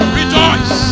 rejoice